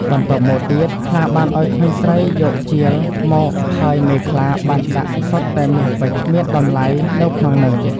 បន្ទាប់មកទៀត ខ្លាបានឲ្យក្មេងស្រីយកជាលមក ហើយមេខ្លាបានដាក់សុទ្ធតែមានពេជ្រមានតម្លៃនៅក្នុងហ្នឹង។